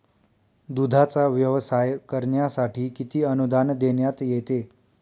दूधाचा व्यवसाय करण्यासाठी किती अनुदान देण्यात येते?